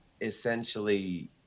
essentially